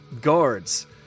guards